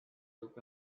took